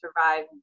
survive